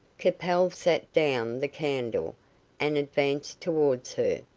capel set down the candle and advanced towards her,